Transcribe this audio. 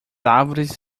árvores